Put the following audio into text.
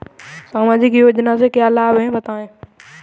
सामाजिक योजना से क्या क्या लाभ हैं बताएँ?